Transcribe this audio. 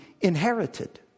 inherited